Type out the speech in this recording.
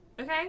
Okay